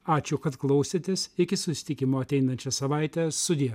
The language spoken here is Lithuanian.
ačiū kad klausėtės iki susitikimo ateinančią savaitę sudie